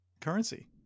currency